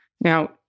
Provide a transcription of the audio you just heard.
Now